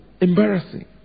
embarrassing